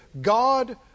God